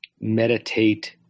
meditate